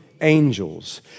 angels